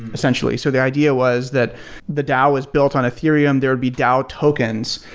essentially. so the idea was that the dao was built on ethereum. there would be dao tokens,